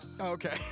Okay